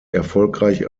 erfolgreich